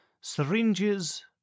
syringes